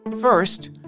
First